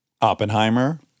Oppenheimer